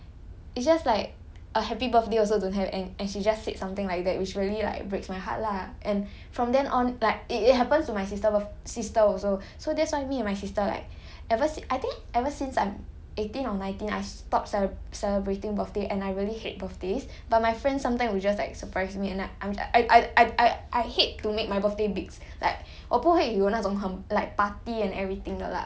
给我东西 then 我 it's just like it's just like a happy birthday also don't have and and she just said something like that which really like breaks my heart lah and from then on like it it happens to my sister birth~ sister also so that's why me and my sister like ever sin~ I think ever since I'm eighteen or nineteen I stopped celebrating birthday and I really hate birthdays but my friend sometimes will just like surprise me and I I I I I hate to make my birthday bigs like